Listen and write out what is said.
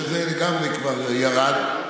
שזה כבר ירד לגמרי.